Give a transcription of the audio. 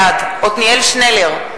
בעד עתניאל שנלר,